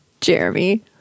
Jeremy